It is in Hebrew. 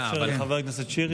בואו נאפשר לחבר הכנסת שירי,